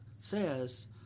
says